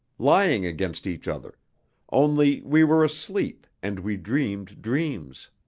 lying against each other only, we were asleep and we dreamed dreams.